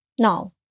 No